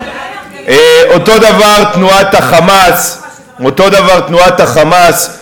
אותו דבר תנועת ה"חמאס" אותו דבר תנועת ה"חמאס",